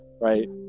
right